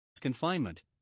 confinement